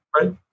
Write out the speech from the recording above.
right